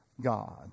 God